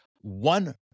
one